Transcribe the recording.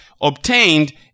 obtained